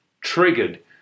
triggered